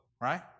right